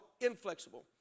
Inflexible